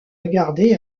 regardé